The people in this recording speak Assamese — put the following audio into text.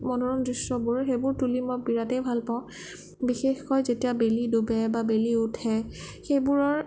মনোৰম দৃশ্যবোৰ সেইবোৰ তুলি মই বিৰাটেই ভাল পাওঁ বিশেষকৈ যেতিয়া বেলি ডুবে বা বেলি উঠে সেইবোৰৰ